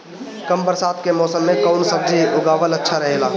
कम बरसात के मौसम में कउन सब्जी उगावल अच्छा रहेला?